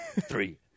three